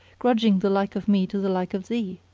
grudging the like of me to the like of thee.